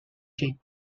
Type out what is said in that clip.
jake